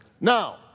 Now